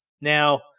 Now